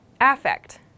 affect